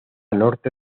norte